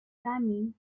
coming